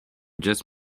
just